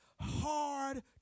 hard